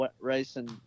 racing